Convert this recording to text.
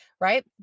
right